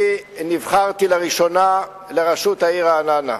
אני נבחרתי לראשונה לראשות העיר רעננה.